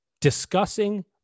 discussing